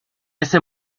ese